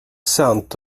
sant